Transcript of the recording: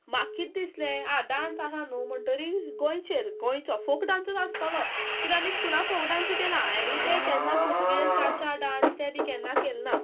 म्हाका कितें दिसलें आं डांस आहा न्हू म्हणटोरी गोंयचेर गोंयचो फोक डांसूच आसतलो कित्याक आमी स्कुलाक फोक डांसू केलां हांवें तें केन्ना पुर्तुगीज च्या च्या डांस तें बी केन्ना केल्ल् ना